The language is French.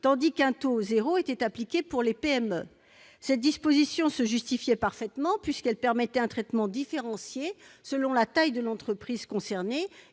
tandis qu'un taux zéro était appliqué aux PME. Cette disposition se justifiait parfaitement, puisqu'elle permettait un traitement différencié selon la taille, donc selon